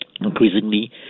increasingly